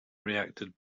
reacted